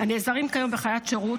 הנעזרים כיום בחיית שירות,